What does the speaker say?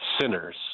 Sinners